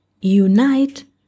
unite